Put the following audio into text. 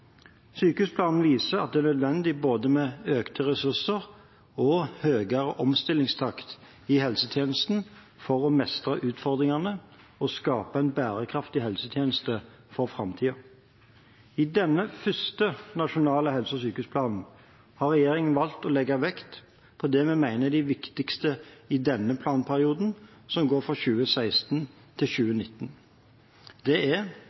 Sykehusplanen viser at det er nødvendig med både økte ressurser og høyere omstillingstakt i helsetjenesten for å mestre utfordringene og skape en bærekraftig helsetjeneste for framtiden. I denne første nasjonale helse- og sykehusplanen har regjeringen valgt å legge vekt på det vi mener er det viktigste i denne planperioden, som går fra 2016 til 2019. Det er